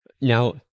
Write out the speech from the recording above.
Now